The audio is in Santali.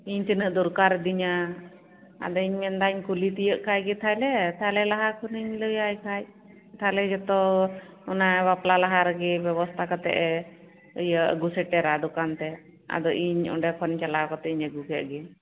ᱤᱧ ᱛᱤᱱᱟᱹᱜ ᱫᱚᱨᱠᱟᱨ ᱟᱹᱫᱤᱧᱟ ᱟᱫᱩᱧ ᱢᱮᱱ ᱮᱫᱟ ᱠᱩᱞᱤ ᱛᱤᱭᱟᱹᱜ ᱠᱟᱭ ᱜᱮ ᱛᱟᱦᱞᱮ ᱛᱟᱦᱞᱮ ᱞᱟᱦᱟ ᱠᱷᱚᱱᱤᱧ ᱞᱟᱹᱭᱟᱭ ᱠᱷᱟᱱ ᱛᱟᱦᱚᱞᱮ ᱡᱚᱛᱚ ᱚᱱᱟ ᱵᱟᱯᱞᱟ ᱞᱟᱦᱟ ᱨᱮᱜᱮ ᱵᱮᱵᱚᱥᱛᱟ ᱠᱟᱛᱮᱫ ᱮ ᱤᱭᱟᱹ ᱟᱹᱜᱩ ᱥᱮᱴᱮᱨᱟ ᱫᱚᱠᱟᱱᱛᱮ ᱟᱫᱚ ᱤᱧ ᱚᱸᱰᱮ ᱠᱷᱚᱱ ᱪᱟᱞᱟᱣ ᱠᱟᱛᱮᱧ ᱟᱹᱜᱩ ᱠᱮᱫ ᱜᱮ